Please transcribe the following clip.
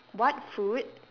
what food